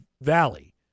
Valley